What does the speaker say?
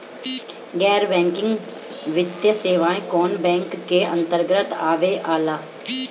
गैर बैंकिंग वित्तीय सेवाएं कोने बैंक के अन्तरगत आवेअला?